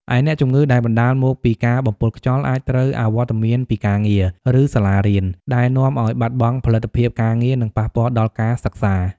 ឯអ្នកជំងឺដែលបណ្ដាលមកពីការបំពុលខ្យល់ អាចត្រូវអវត្តមានពីការងារ ឬសាលារៀន ដែលនាំឱ្យបាត់បង់ផលិតភាពការងារ និងប៉ះពាល់ដល់ការសិក្សា។